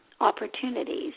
opportunities